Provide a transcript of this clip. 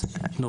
תודה